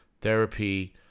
therapy